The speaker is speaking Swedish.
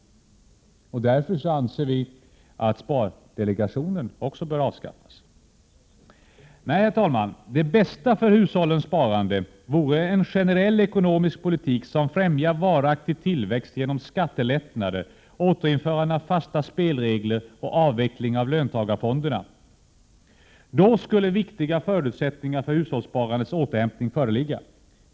Därför anser vi att spardelegationen bör avskaffas. Nej, herr talman, det bästa för hushållens sparande vore en generell ekonomisk politik som främjar varaktig tillväxt genom skattelättnader, återinförande av fasta spelregler och avveckling av löntagarfonderna. Då skulle viktiga förutsättningar för hushållssparandets återhämtning föreligga.